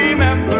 yeah man